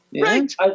Right